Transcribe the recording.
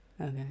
Okay